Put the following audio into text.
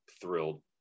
thrilled